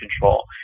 control